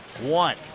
one